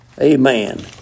Amen